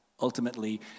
ultimately